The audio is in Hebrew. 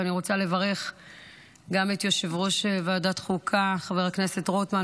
ואני רוצה לברך גם את יושב-ראש ועדת חוקה חבר הכנסת רוטמן,